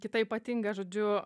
kita ypatinga žodžiu